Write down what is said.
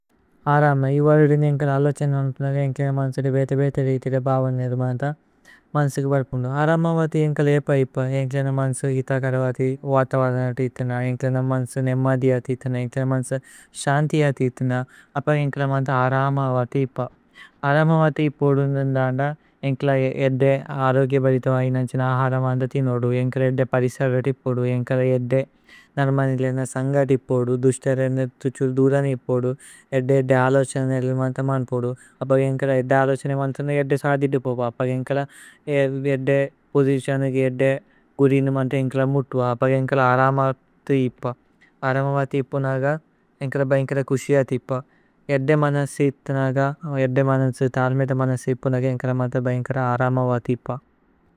ആരമ ഇ ഉവ്വരേദിനി ഏന്കല അല്ലോഛനു। അനുപ്നഗ ഏന്കല മന്സുദേ ബേതേ ബേതേ। രേഇഥിര ഭവന് നിരുമത മന്സുകേ। വര്പുന്ദു ആരമ വതി ഏന്കല ഏപ ഇപ്പ। ഏന്കല മന്സു ഹിതകദ വതി വതവദന। തീതന ഏന്കല മന്സു നേമദിഅ തീതന। ഏന്കല മന്സു ശന്തിയ തീതന അപ്പ। ഏന്കല മന്തു ആരമ വതി ഇപ്പ ആരമ। വതി ഇപ്പു ഓദുന്ദന്ദ। ഏന്കല ഏദ്ദേ അരോഗ്യ ബരിഥ വയിനന്ഛന। ആരമ വതി നോദു ഏന്കല ഏദ്ദേ പരിസര। തീപോദ് ഏന്കല ഏദ്ദേ നന്മനിലേന സന്ഗ തീപോദു।